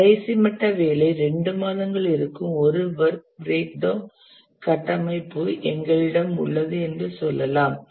கடைசி மட்ட வேலை 2 மாதங்கள் இருக்கும் ஒரு வொர்க் பிறேக் டவுண் கட்டமைப்பு எங்களிடம் உள்ளது என்று சொல்லலாம்